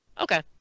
Okay